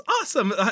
awesome